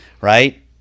right